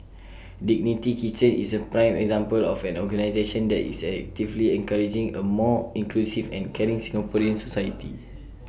dignity kitchen is A prime example of an organisation that is actively encouraging A more inclusive and caring Singaporean society